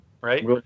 right